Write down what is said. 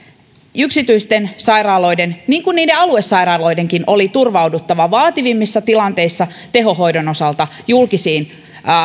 yksityisten sairaaloiden on niin kuin niiden aluesairaaloidenkin silloin oli turvauduttava vaativimmissa tilanteissa tehohoidon osalta julkisiin